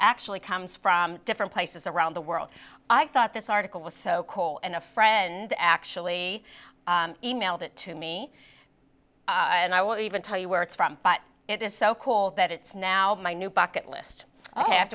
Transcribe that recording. actually comes from different places around the world i thought this article was so cold and a friend actually e mailed it to me and i won't even tell you where it's from but it is so cold that it's now my new bucket list i have